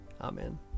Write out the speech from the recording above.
Amen